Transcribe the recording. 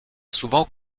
souvent